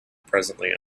presently